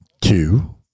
two